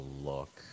look